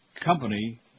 Company